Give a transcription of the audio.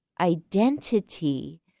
identity